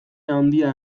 handia